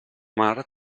mar